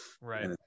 Right